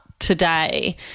today